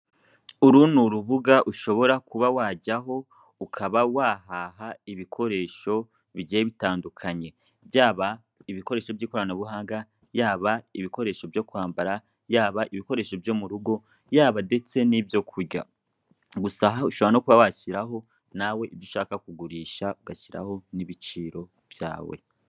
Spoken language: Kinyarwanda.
Uru n'urubuga ushobora kuba wajyaho ukaba wahaha ibikoresho bigiye bitandukanye, byaba ibikoresho by'ikoranabuhanga, yaba ibikoresho byo kwambara, yaba ibikoresho byo mu rugo, yaba ndetse nibyo kurya. Gusa aha ushobora no kuba washyiraho nawe ibyo ushaka kugurisha, ugashyiraho n'ibiciro byawe.